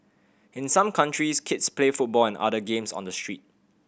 in some countries kids play football and other games on the street